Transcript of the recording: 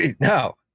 No